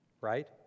right